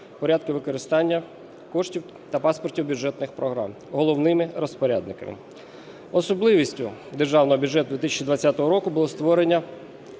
порядку використання коштів та паспортів бюджетних програм головними розпорядниками. Особливістю Державного бюджету 2020 року було створення